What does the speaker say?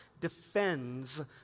defends